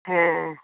হ্যাঁ